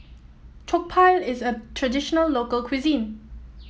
jokbal is a traditional local cuisine